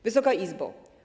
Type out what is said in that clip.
Wysoka Izbo!